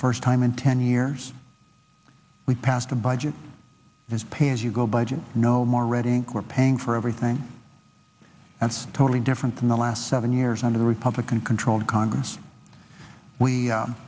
first time in ten years we passed a budget is pay as you go budget no more red ink we're paying for everything that's totally different in the last seven years under the republican controlled congress we